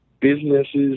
businesses